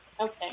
Okay